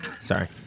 Sorry